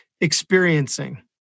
experiencing